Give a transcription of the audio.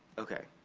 okay,